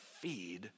feed